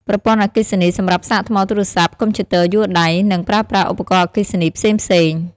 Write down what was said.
ប្រព័ន្ធអគ្គិសនី សម្រាប់សាកថ្មទូរស័ព្ទ កុំព្យូទ័រយួរដៃ និងប្រើប្រាស់ឧបករណ៍អគ្គិសនីផ្សេងៗ។